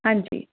ਹਾਂਜੀ